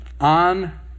on